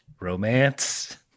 romance